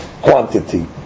quantity